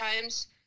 times